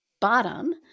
bottom